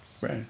Right